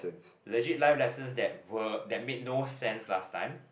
legit life lessons that were that made no sense last time